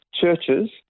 churches